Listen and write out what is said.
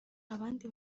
abandi